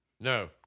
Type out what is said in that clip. No